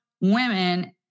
women